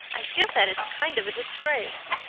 i feel that it's kind of a disgrace.